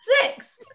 Six